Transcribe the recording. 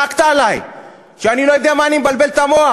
צעקת עלי שאני לא יודע, מה אני מבלבל את המוח,